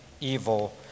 evil